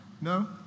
No